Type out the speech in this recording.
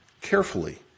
carefully